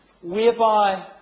whereby